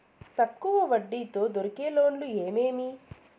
తక్కువ వడ్డీ తో దొరికే లోన్లు ఏమేమీ?